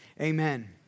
Amen